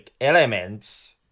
elements